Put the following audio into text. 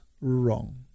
wrong